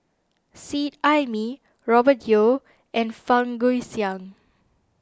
Seet Ai Mee Robert Yeo and Fang Guixiang